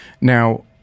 Now